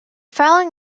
following